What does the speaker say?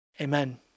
Amen